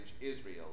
Israel